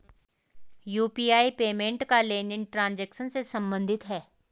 UPI payment का लेनदेन transaction से सम्बंधित है